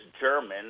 German